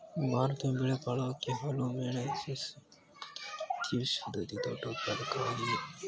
ಭಾರತವು ಬೇಳೆಕಾಳುಗಳು, ಅಕ್ಕಿ, ಹಾಲು, ಸೆಣಬು ಮತ್ತು ಹತ್ತಿಯ ವಿಶ್ವದ ಅತಿದೊಡ್ಡ ಉತ್ಪಾದಕವಾಗಿದೆ